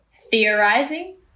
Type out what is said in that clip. Theorizing